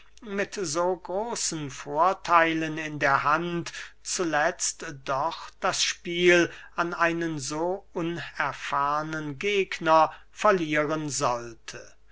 mit so großen vortheilen in der hand zuletzt doch das spiel an einen so unerfahrnen gegner verlieren sollte